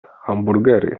hamburgery